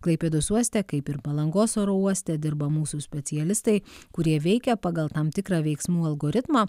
klaipėdos uoste kaip ir palangos oro uoste dirba mūsų specialistai kurie veikia pagal tam tikrą veiksmų algoritmą